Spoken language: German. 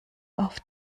auf